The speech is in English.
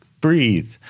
breathe